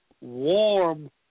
warm